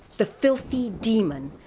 the filthy daemon,